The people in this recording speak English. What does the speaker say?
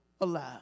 alive